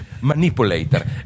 manipulator